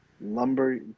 lumber